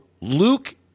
Luke